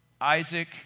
Isaac